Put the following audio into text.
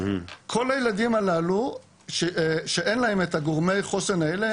כל הילדים הללו שאין להם את גורמי החוסן האלה